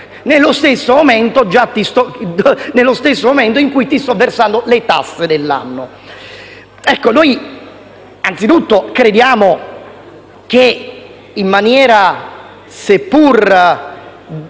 nello stesso momento in cui si stanno versando le tasse dell'anno. Anzitutto, crediamo che, in maniera seppur